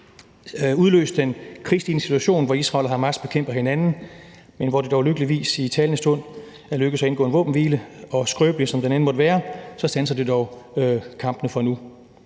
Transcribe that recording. udløst den krigslignende situation, hvor Israel og Hamas bekæmper hinanden, men hvor det dog lykkeligvis i talende stund er lykkedes at indgå en våbenhvile. Hvor skrøbelig den end måtte være, standser den dog kampene for nu.